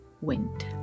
wind